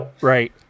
Right